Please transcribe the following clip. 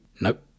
Nope